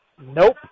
Nope